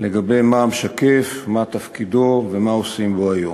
לגבי המשקף, מה תפקידו ומה עושים בו היום.